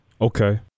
Okay